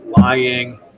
lying